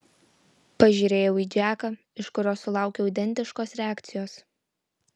pažiūrėjau į džeką iš kurio sulaukiau identiškos reakcijos